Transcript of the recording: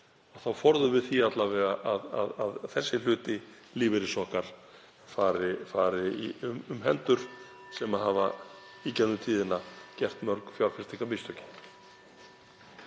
þá forðum við því alla vega að þessi hluti lífeyris okkar fari um hendur sem hafa í gegnum tíðina gert mörg fjárfestingarmistökin.